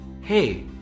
hey